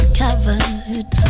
covered